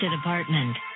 apartment